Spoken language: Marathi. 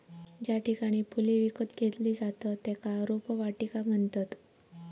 ज्या ठिकाणी फुले विकत घेतली जातत त्येका रोपवाटिका म्हणतत